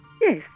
Yes